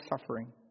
suffering